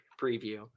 preview